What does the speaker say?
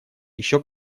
еще